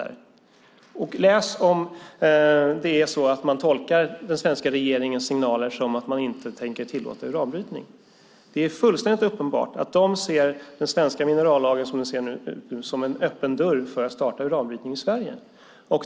Där framgår det ifall de tolkar den svenska regeringens signaler så att man inte tänker tillåta uranbrytning. Det är fullständigt uppenbart att de ser den svenska minerallagen, som den nu ser ut, som en öppen dörr för att kunna starta uranbrytning i Sverige.